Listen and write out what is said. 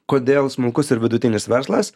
kodėl smulkus ir vidutinis verslas